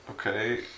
Okay